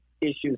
issues